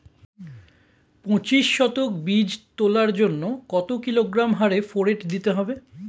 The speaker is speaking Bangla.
পঁচিশ শতক বীজ তলার জন্য কত কিলোগ্রাম হারে ফোরেট দিতে হবে?